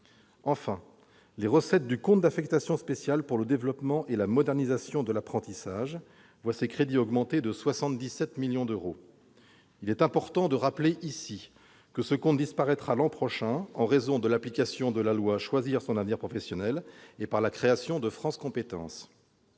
Enfin, les recettes du compte d'affection spéciale consacré au développement et à la modernisation de l'apprentissage augmentent de 77 millions d'euros. Il est important de rappeler ici que ce compte disparaîtra l'an prochain en raison de l'entrée en application de la loi pour la liberté de choisir son avenir professionnel et de la création de France compétences.